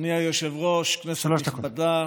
אדוני היושב-ראש, כנסת נכבדה,